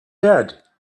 dead